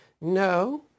No